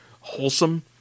Wholesome